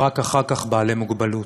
ורק אחר כך בעלי מוגבלות,